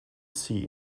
see